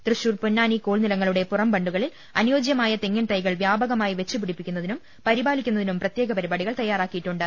തൃശൂർ പൊന്നാനി കോൾ നിലങ്ങളുടെ പുറംബണ്ടുകളിൽ അനുയോജ്യമായ തെങ്ങിൻതൈകൾ വ്യാപകമായി വെച്ചു പിടി പ്പിക്കുന്നതിനും പരിപാലിക്കുന്നതിനും പ്രത്യേക പ്രിപാടി തയ്യാ റാക്കിയിട്ടുണ്ട്